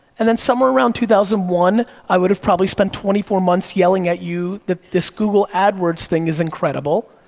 and then somewhere around two thousand and one, i would have probably spent twenty four months yelling at you that this google adwords thing is incredible,